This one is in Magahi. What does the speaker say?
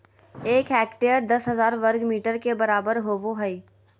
एक हेक्टेयर दस हजार वर्ग मीटर के बराबर होबो हइ